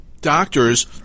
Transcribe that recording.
doctor's